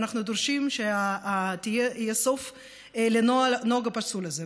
ואנחנו דורשים שיהיה סוף לנוהג הפסול הזה.